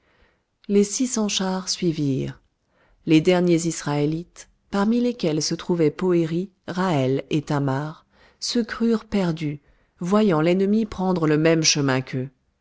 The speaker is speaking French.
les six cents chars suivirent les derniers israélites parmi lesquels se trouvaient poëri ra'hel et thamar se crurent perdus voyant l'ennemi prendre le même chemin qu'eux